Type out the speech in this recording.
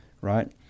right